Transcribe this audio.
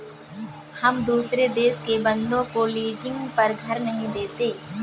हम दुसरे देश के बन्दों को लीजिंग पर घर नहीं देते